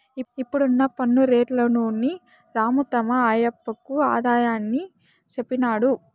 ఇప్పుడున్న పన్ను రేట్లలోని రాము తమ ఆయప్పకు ఆదాయాన్ని చెప్పినాడు